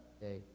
day